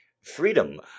Freedom